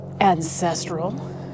ancestral